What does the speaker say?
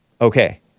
Okay